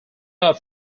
out